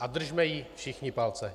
A držme jí všichni palce.